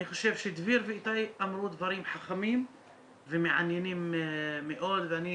אני חושב שדביר ואיתי אמרו דברים חכמים ומעניינים מאוד ואני